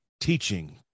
teaching